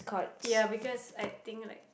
ya because I think like